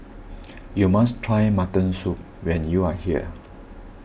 you must try Mutton Soup when you are here